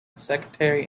secretary